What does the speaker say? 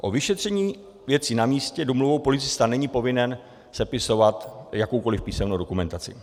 O vyšetření věci na místě domluvou policista není povinen sepisovat jakoukoli písemnou dokumentaci.